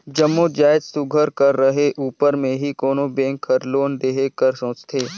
जम्मो जाएत सुग्घर कर रहें उपर में ही कोनो बेंक हर लोन देहे कर सोंचथे